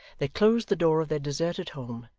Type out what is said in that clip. they closed the door of their deserted home,